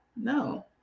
No